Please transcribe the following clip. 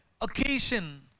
occasion